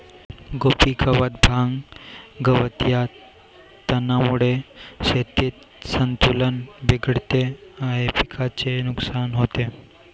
कोबी गवत, भांग, गवत या तणांमुळे शेतातील संतुलन बिघडते आणि पिकाचे नुकसान होते